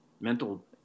mental